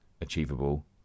achievable